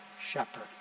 shepherd